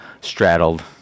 straddled